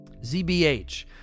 ZBH